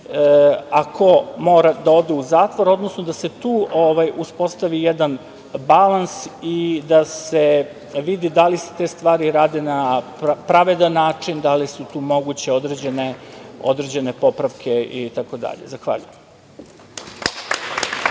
a ko mora da ode u zatvor, odnosno da se tu uspostavi jedan balans i da se vidi da li se te stvari rade na pravedan način, da li su tu moguće određene popravke, itd. Zahvaljujem.